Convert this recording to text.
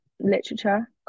literature